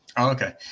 Okay